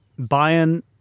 Bayern